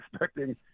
expecting